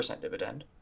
dividend